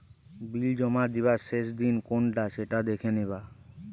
বিল জমা দিবার শেষ দিন কোনটা সেটা দেখে নিবা